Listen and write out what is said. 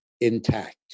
intact